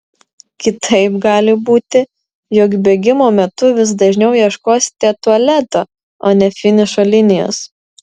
kitaip gali būti jog bėgimo metu vis dažniau ieškosite tualeto o ne finišo linijos